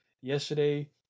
yesterday